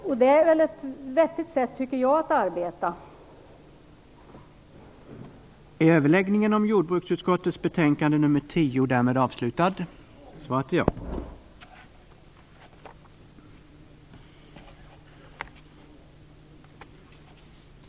Jag tycker att det är ett vettigt arbetssätt.